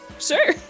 Sure